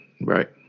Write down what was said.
Right